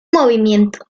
movimiento